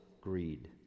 greed